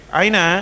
aina